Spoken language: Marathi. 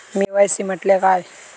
के.वाय.सी म्हटल्या काय?